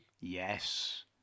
Yes